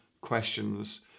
questions